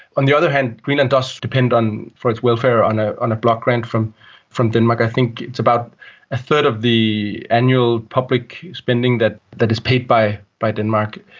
on the other hand, greenland does depend for its welfare on ah on a block grant from from denmark. i think it's about a third of the annual public spending that that is paid by by denmark.